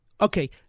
Okay